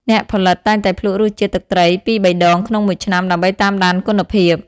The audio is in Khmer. អ្នកផលិត តែងតែភ្លក់រសជាតិទឹកត្រីពីរបីដងក្នុងមួយឆ្នាំដើម្បីតាមដានគុណភាព។